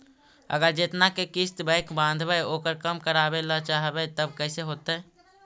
अगर जेतना के किस्त बैक बाँधबे ओकर कम करावे ल चाहबै तब कैसे होतै?